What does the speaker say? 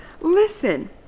Listen